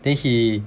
then he